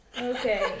Okay